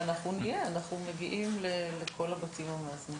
אנחנו נהיה, בסוף אנחנו מגיעים לכל הבתים המאזנים.